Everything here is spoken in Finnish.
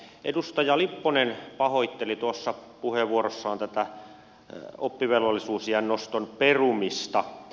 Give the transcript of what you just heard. edustaja lipponen pahoitteli puheenvuorossaan oppivelvollisuusiän noston perumista